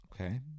Okay